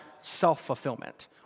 self-fulfillment